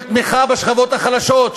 של תמיכה בשכבות החלשות,